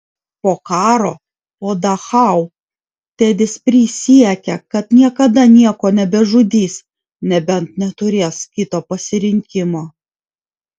po karo po dachau tedis prisiekė kad niekada nieko nebežudys nebent neturės kito pasirinkimo